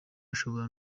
ashobora